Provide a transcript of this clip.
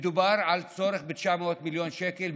מדובר על צורך ב-900 מיליון שקל,